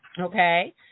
okay